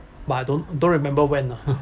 but I don't don't remember when ah